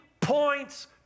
points